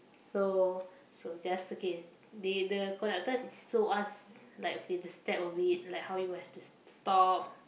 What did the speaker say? so so just okay they the conductors show us like okay the step of it like how you have to to stop